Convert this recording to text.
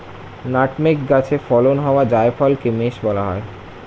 nutmeg গাছে ফলন হওয়া জায়ফলকে মেস বলা হয়